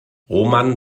roman